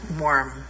warm